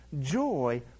joy